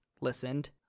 listened